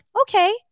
okay